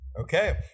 Okay